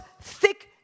thick